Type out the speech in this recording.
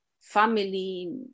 family